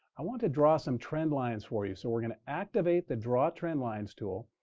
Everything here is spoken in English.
i want to draw some trend lines for you. so we're going to activate the draw trendlines tool.